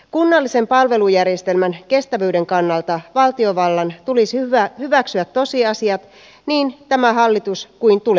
kunnallisen palvelujärjestelmän kestävyyden kannalta valtiovallan tulisi hyväksyä tosiasiat niin tämän hallituksen kuin tulevienkin